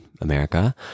America